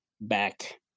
back